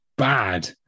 Bad